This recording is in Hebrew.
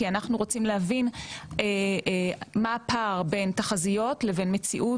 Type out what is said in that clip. כי אנחנו רוצים להבין מה הפער בין תחזיות לבין מציאות?